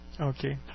Okay